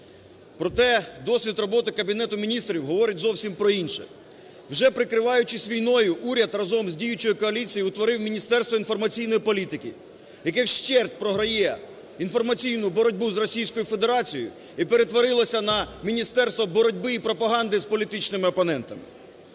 Проте досвід роботи Кабінету Міністрів говорить зовсім про інше. Вже прикриваючись війною, уряд разом з діючою коаліцією утворив Міністерство інформаційної політики, яке вщерть програє інформаційну боротьбу з Російською Федерацією і перетворилося на міністерство боротьби і пропаганди з політичними опонентами.